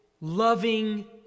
loving